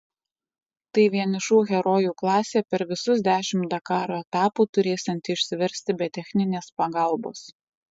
tai vienišų herojų klasė per visus dešimt dakaro etapų turėsianti išsiversti be techninės pagalbos